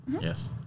Yes